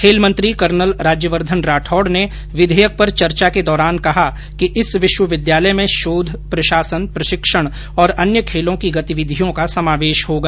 खेल मंत्री कर्नल राज्यवर्धन राठौड़ ने विधेयक पर चर्चा के दौरान कहा कि इस विश्वविद्यालय में शोध प्रशासन प्रशिक्षण और अन्य खेलों की गतिविधियों का समावेश होगा